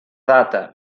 data